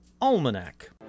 Almanac